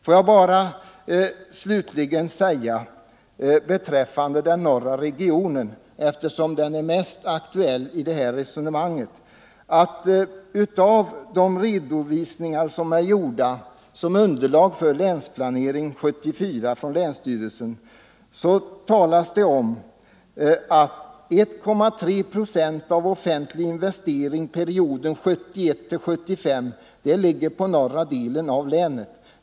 Får jag slutligen säga beträffande den norra regionen, eftersom den är mest aktuell i det här resonemanget, att i de redovisningar som är gjorda av länsstyrelsen som underlag för Länsplanering 74 framhålls att 1,3 procent av offentlig investering under perioden 1971-1975 avser norra delen av länet.